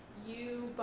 you